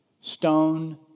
stone